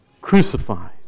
crucified